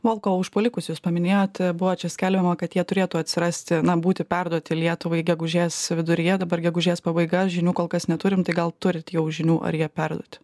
volkovo užpuolikus jūs paminėjot buvo čia skelbiama kad jie turėtų atsirasti na būti perduoti lietuvai gegužės viduryje dabar gegužės pabaiga žinių kol kas neturim tai gal turit jau žinių ar jie perduoti